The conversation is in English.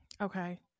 Okay